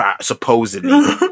Supposedly